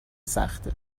سخته